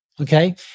Okay